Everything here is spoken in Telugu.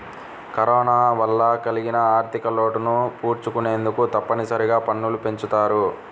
కరోనా వల్ల కలిగిన ఆర్ధికలోటును పూడ్చుకొనేందుకు తప్పనిసరిగా పన్నులు పెంచుతారు